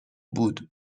بود